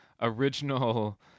original